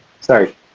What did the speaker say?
sorry